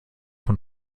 von